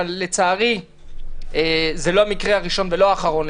אבל לצערי זה לא המקרה הראשון ולא האחרון,